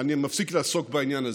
אני מפסיק לעסוק בעניין הזה.